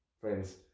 friends